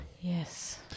Yes